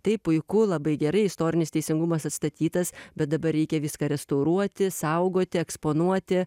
tai puiku labai gerai istorinis teisingumas atstatytas bet dabar reikia viską restauruoti saugoti eksponuoti